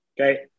Okay